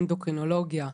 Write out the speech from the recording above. אנדוקרינולוגיה,